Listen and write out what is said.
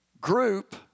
group